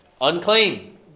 Unclean